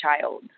child